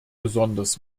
besonders